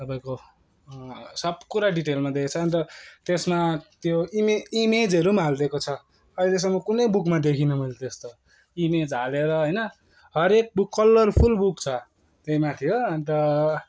तपाईँको सब कुरा डिटेलमा दिएको छ अन्त त्यसमा त्यो इमे इमेजहरू पनि हालिदिएको छ अहिलेसम्म कुनै बुकमा देखिनँ मैले त्यस्तो इमेज हालेर होइन हरेक बुक कलरफुल बुक छ त्यहीमाथि हो अन्त